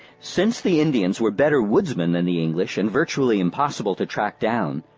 since the indians were better woodsmen than the english and virtually impossible to track down,